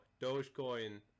dogecoin